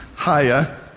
higher